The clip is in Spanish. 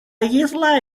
isla